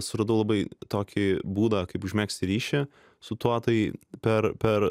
suradau labai tokį būdą kaip užmegzti ryšį su tuo tai per per